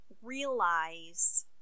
Realize